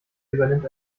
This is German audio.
übernimmt